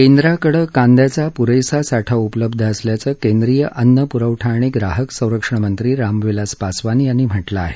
केंद्राकडे कांद्याचा पुरेसा साठा उपलब्ध असल्याचं केंद्रीय अन्न पुरवठा आणि ग्राहक संरक्षण मंत्री रामविलास पासवान यांनी म्हटलं आहे